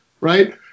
Right